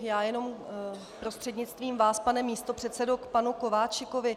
Já jenom prostřednictvím vás, pane místopředsedo, k panu Kováčikovi.